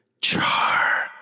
char